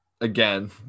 again